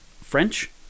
French